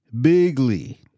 Bigly